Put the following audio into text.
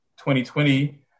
2020